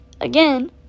again